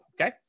Okay